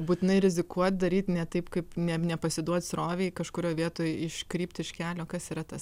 būtinai rizikuot daryt ne taip kaip ne nepasiduot srovei kažkurioj vietoj iškrypt iš kelio kas yra tas